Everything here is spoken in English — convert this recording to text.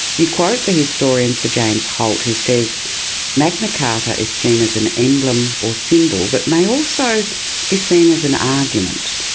you quote the historian sir james holt who says magna carta is seen as an emblem or symbol but may also be seen as an argument.